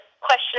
question